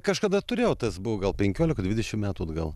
kažkada turėjau tas buvo gal penkiolika dvidešim metų atgal